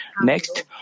Next